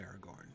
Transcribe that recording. Aragorn